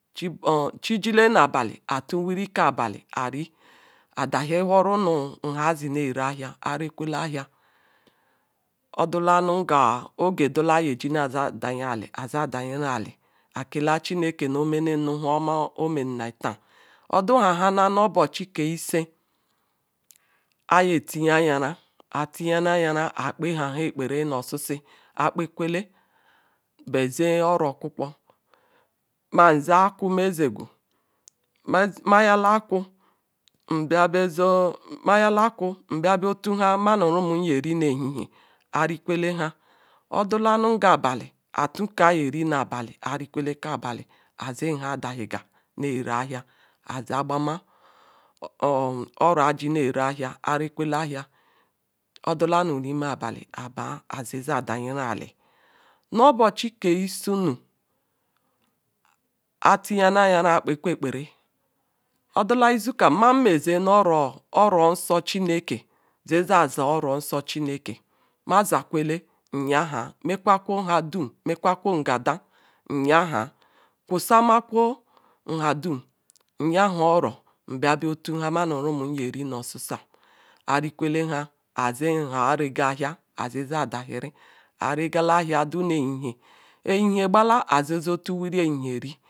Chijizi nu obohi atu wiri ke obeh ori adahiho ru nu nha aze nere ahia arekwele ahia odula nunga opo dula ajinaza dayi ali aze ada yiri ali akela chinke nu omenem nu ituoma omnaya fa odahana nu obochi ke ishi ayetiyayara akpe ha okpere nu osiesie akpekwele bezie oro okwukwo ma nze akwu mezzgwu mayala akou mbia botu nha manu rumum nye ri na shieshie arikwele nha dala nunge abali kuke ayerinu abah ari kwele ke abali azenha adayiga ziza ayara aze agbama oro ajinere ahia arekwele ahia odala m rime abali abara zezar dayi ali no obochi ke isunu atyara ayera akpekwo ekpere odala izukem ma mea ze nu oro nso chineke nze zaar oronsi chineke ma zaarkwele nyaha mekwa kwo nhadum mzkwakwo ngede nyaha kwo mesa kwo nhadum nyaha oro mbia bota nha menu rumum nye ri nu osiesie arikwele nha aze nha arega ahia azezar dahiri are gala ahia dunu ehiechie ehiechie atu wuri ehiechir ri.